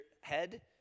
head